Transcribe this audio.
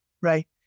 right